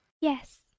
yes